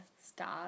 start